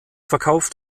verkauft